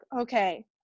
okay